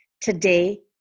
Today